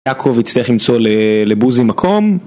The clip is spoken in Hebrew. יעקב יצטרך למצוא לבוזי מקום כדי להיות בשורה ראשונה